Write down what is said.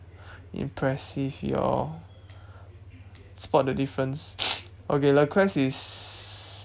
impressive your spot the difference okay le quest is